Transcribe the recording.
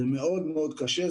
זה מאוד מאוד קשה,